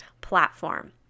platform